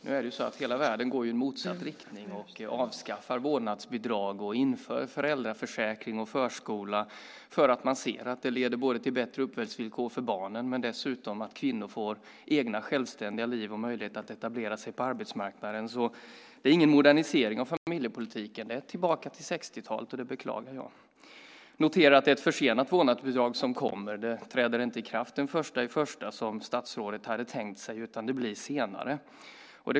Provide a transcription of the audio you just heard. Nu är det så att hela världen går i motsatt riktning och avskaffar vårdnadsbidrag och inför föräldraförsäkring och förskola därför att man ser att det leder till både bättre uppväxtvillkor för barnen men dessutom att kvinnor får egna självständiga liv och möjlighet att etablera sig på arbetsmarknaden. Det är ingen modernisering av familjepolitiken utan det är att gå tillbaka till 60-talet. Det beklagar jag. Jag noterar att det är ett försenat vårdnadsbidrag. Det träder inte i kraft den 1 januari, som statsrådet hade tänkt sig, utan det blir senare.